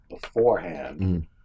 beforehand